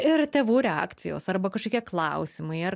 ir tėvų reakcijos arba kažkokie klausimai ar